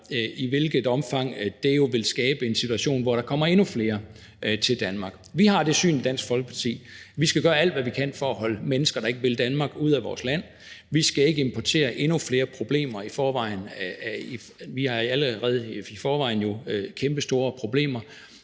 i hvilket omfang det så vil skabe en situation, hvor der kommer endnu flere til Danmark. Vi har det syn i Dansk Folkeparti, at vi skal gøre alt, hvad vi kan, for at holde de mennesker, der ikke vil Danmark, ude af vores land. Vi skal ikke importere endnu flere problemer, for vi har jo allerede i forvejen kæmpestore problemer.